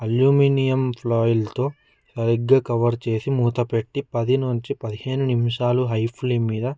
aluminium ప్లోయిల్తో సరిగ్గా cover చేసి మూత పెట్టి పది నుంచి పదిహేను నిమిషాలు హై ఫ్లేమ్ మీద